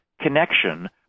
connection